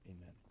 Amen